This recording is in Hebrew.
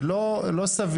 זה לא סביר.